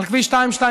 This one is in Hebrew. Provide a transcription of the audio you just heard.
על כביש 222,